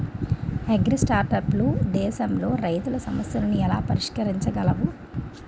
అగ్రిస్టార్టప్లు దేశంలోని రైతుల సమస్యలను ఎలా పరిష్కరించగలవు?